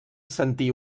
sentir